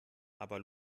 aber